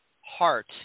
heart